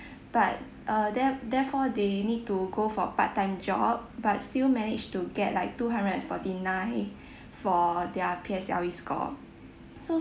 but uh there~ therefore they need to go for part time job but still managed to get like two hundred and forty nine for their P_S_L_E score so